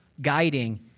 guiding